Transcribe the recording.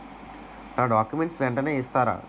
నా డాక్యుమెంట్స్ వెంటనే ఇస్తారా?